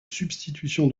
substitution